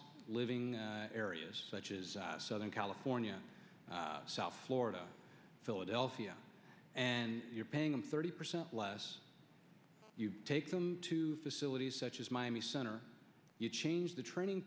of living areas such as southern california south florida philadelphia and you're paying them thirty percent less you take them to facilities such as miami center you change the training